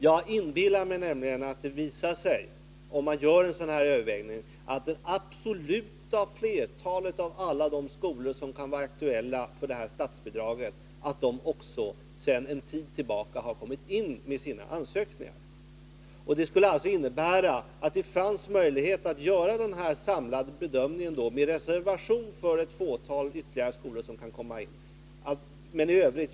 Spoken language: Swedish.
Jag inbillar mig nämligen att det, om man gör en bedömning, visar sig att det stora flertalet av alla de skolor som kan vara aktuella för det ifrågavarande statsbidraget sedan en tid tillbaka har sina ansökningar inlämnade. Detta skulle alltså innebära att det finns en möjlighet att göra en samlad bedömning, med reservation för ett litet antal ytterligare skolor som kan komma in med ansökningar.